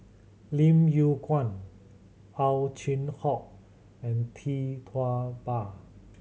Lim Yew Kuan Ow Chin Hock and Tee Tua Ba